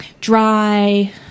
dry